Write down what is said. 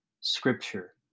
Scripture